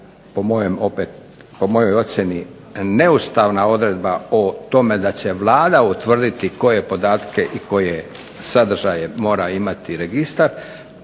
po mojoj opet ocjeni, neustavna odredba o tome da će Vlada utvrditi koje podatke i koje sadržaje mora imati registar